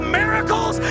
miracles